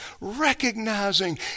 recognizing